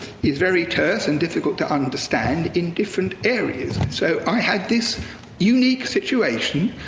is very terse and difficult to understand in different areas. so i had this unique situation,